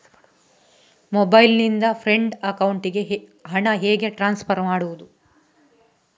Mobile ನಿಂದ friend ಅಕೌಂಟಿಗೆ ಹಣ ಹೇಗೆ ಟ್ರಾನ್ಸ್ಫರ್ ಮಾಡುವುದು?